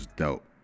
dope